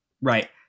Right